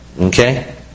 Okay